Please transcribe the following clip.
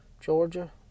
Georgia